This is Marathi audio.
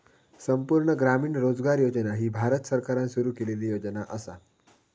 संपूर्ण ग्रामीण रोजगार योजना ही भारत सरकारान सुरू केलेली योजना असा